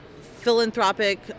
philanthropic